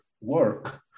work